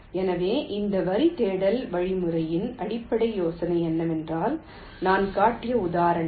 எனவே இந்த வரி தேடல் வழிமுறையில் அடிப்படை யோசனை என்னவென்றால் நான் காட்டிய உதாரணம்